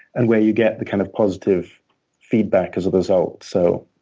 and where you get the kind of positive feedback as a result. so